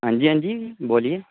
हां जी हां जी बोलिए